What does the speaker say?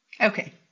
Okay